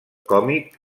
còmic